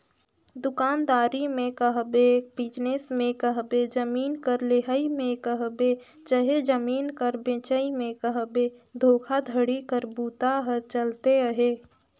दुकानदारी में कहबे, बिजनेस में कहबे, जमीन कर लेहई में कहबे चहे जमीन कर बेंचई में कहबे धोखाघड़ी कर बूता हर चलते अहे